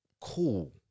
cool